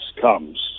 comes